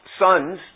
sons